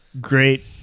great